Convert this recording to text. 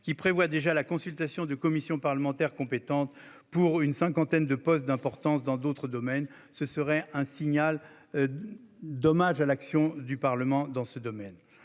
qui prévoit déjà la consultation des commissions parlementaires compétentes pour une cinquantaine de postes d'importance dans d'autres domaines- ce serait un signal en manière d'hommage à l'action du Parlement dans ce domaine.